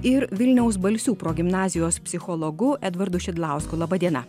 ir vilniaus balsių progimnazijos psichologu edvardu šidlausku laba diena